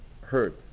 heard